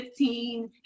15